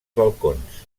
balcons